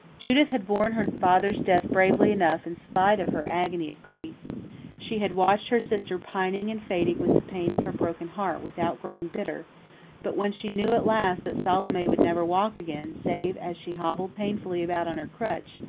judith had borne her father's death bravely enough in spite of her agony of grief she had watched her sister pining and fading with the pain of her broken heart without growing bitter but when she knew at last that salome would never walk again save as she hobbled painfully about on her crutch,